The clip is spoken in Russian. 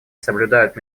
соблюдают